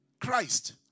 Christ